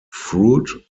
fruit